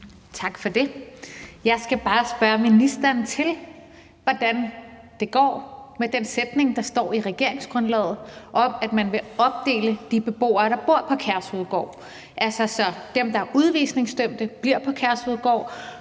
Tak for det. Jeg skal bare spørge ministeren, hvordan det går med den sætning, der står i regeringsgrundlaget om, at man vil opdele de beboere, der bor på Kærshovedgård, altså sådan at dem, der er udvisningsdømte, bliver på Kærshovedgård,